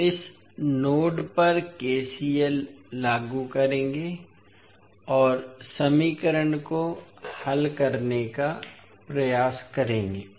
हम इस नोड पर केसीएल लागू करेंगे और समीकरण को हल करने का प्रयास करेंगे